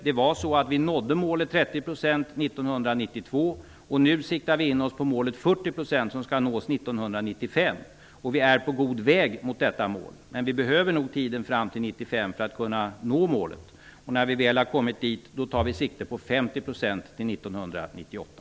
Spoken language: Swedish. Vi nådde målet 30 % representation 1992. Nu siktar vi in oss på att nå målet 40 % 1995. Vi är på god väg mot detta mål, men vi behöver nog tiden fram till 1995 för att kunna nå det. När vi väl har kommit dit tar vi sikte på målet 50 % till 1998.